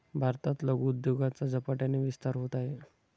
भारतात लघु उद्योगाचा झपाट्याने विस्तार होत आहे